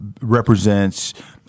represents